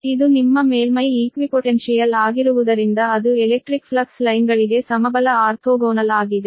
ಇದು ನಿಮ್ಮ ಮೇಲ್ಮೈ ಈಕ್ವಿಪೊಟೆನ್ಷಿಯಲ್ ಆಗಿರುವುದರಿಂದ ಅದು ಎಲೆಕ್ಟ್ರಿಕ್ ಫ್ಲಕ್ಸ್ ಲೈನ್ಗಳಿಗೆ ಸಮಬಲ ಆರ್ಥೋಗೋನಲ್ ಆಗಿದೆ